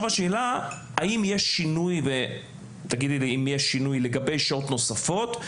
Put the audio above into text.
השאלה היא, האם יש שינוי לגבי שעות נוספות?